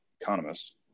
economist